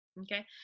Okay